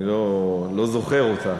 אני לא זוכר אותה.